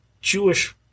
Jewish